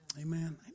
Amen